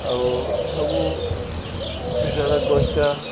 ଆଉ ସବୁ ହିସାବ୍ରେ ଗଛ୍ଟା